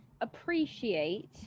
appreciate